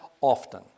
often